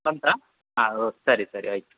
ಬಂತಾ ಹಾಂ ಓಕೆ ಸರಿ ಸರಿ ಆಯಿತು